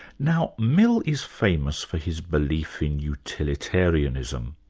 now, mill is famous for his belief in utilitarianism.